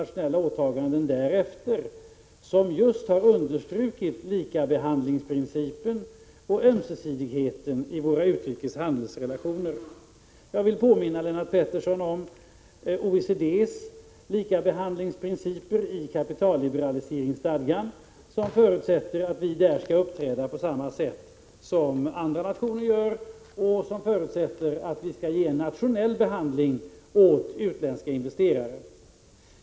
Att lagstiftningen antogs med mycket tydlig motivskrivning kan man såsom maktens förespråkare bortse från. Jag vill påminna Lennart Pettersson om OECD:s likabehandlingsprinciper i kapitalliberaliseringsstadgan, som förutsätter att vi skall uppträda på samma sätt som andra nationer gör och att vi skall ge nationell behandling åt utländska investerare.